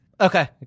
Okay